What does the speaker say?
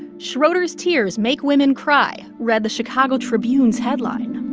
schroeder's tears make women cry, read the chicago tribune's headline